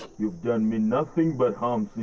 you've done me nothing but harm